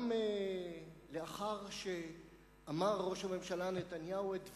גם לאחר שאמר ראש הממשלה נתניהו את דברו,